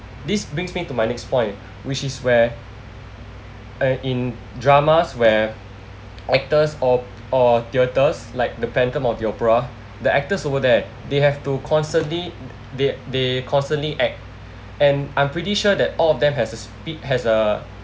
this brings me to my next point which is where in dramas where actors or or theaters like the phantom of the opera the actors over there they have to constantly they they constantly act and I'm pretty sure that all of them has a speed has a